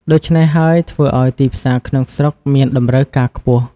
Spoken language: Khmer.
ដូច្នេះហើយ ធ្វើអោយទីផ្សារក្នុងស្រុកមានតម្រូវការខ្ពស់។